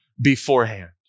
beforehand